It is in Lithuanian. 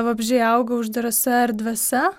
vabzdžiai auga uždarose erdvėse